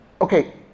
Okay